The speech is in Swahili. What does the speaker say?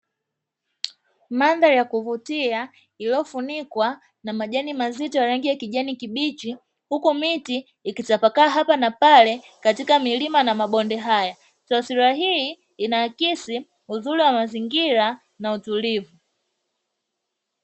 Mandhari ya kuvutia iliyo funikwa na majani mazito ya rangi ya kijani kibichi, huku miti ikitapakaa hapa na pale katika milima na mabonde haya . Taswira hii inaakisi uzuri wa mazingira na utulivu.